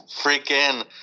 freaking